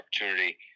opportunity